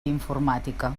informàtica